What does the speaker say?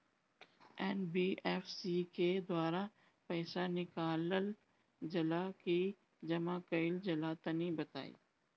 NBFC के द्वारा पईसा निकालल जला की जमा कइल जला तनि बताई?